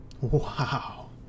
Wow